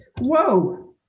Whoa